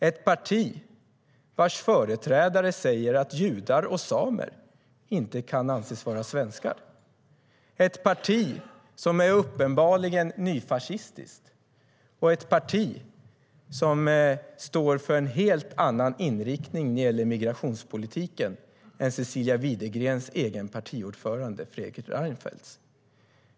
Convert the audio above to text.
Ett parti vars företrädare säger att judar och samer inte kan anses vara svenskar. Ett parti som uppenbarligen är nyfascistiskt. Ett parti som står för en helt annan inriktning när det gäller migrationspolitiken än Cecilia Widegrens egen partiordförande Fredrik Reinfeldt.